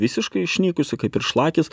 visiškai išnykusi kaip ir šlakis